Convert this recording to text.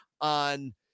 on